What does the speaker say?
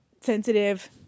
Sensitive